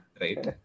right